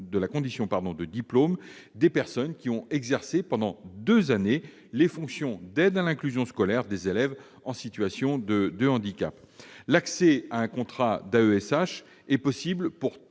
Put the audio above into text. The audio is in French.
de la condition de diplôme les personnes qui ont exercé pendant au moins deux années les fonctions d'aide à l'inclusion scolaire des élèves en situation de handicap. L'accès à un contrat d'AESH est possible pour